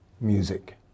music